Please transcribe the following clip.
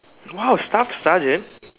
!wow! staff sergeant